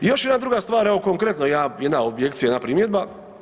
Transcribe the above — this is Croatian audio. I još jedna druga stvar, evo konkretna jedna objekcija, jedna primjedba.